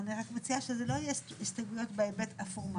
אני רק מציעה שאלה לא יהיו הסתייגויות בהיבט הפורמלי,